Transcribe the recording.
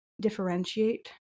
differentiate